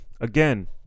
again